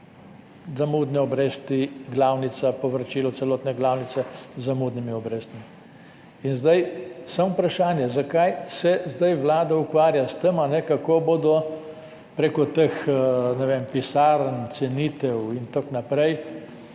zamudne obresti, glavnico, povračilo celotne glavnice z zamudnimi obrestmi. In zdaj samo vprašanje, zakaj se zdaj vlada ukvarja s tem, kako bodo prek teh, ne vem, pisarn, cenitev in tako naprej